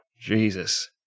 Jesus